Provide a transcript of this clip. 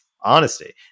honesty